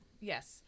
Yes